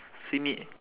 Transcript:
see me